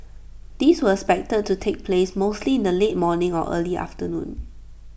these were expected to take place mostly in the late morning or early afternoon